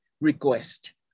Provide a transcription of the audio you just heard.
request